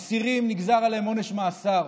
אסירים, נגזר עליהם עונש מאסר.